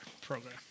program